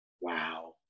Wow